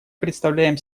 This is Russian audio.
представляем